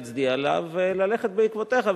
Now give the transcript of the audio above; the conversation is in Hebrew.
להצדיע לה וללכת בעקבותיה,